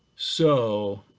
so,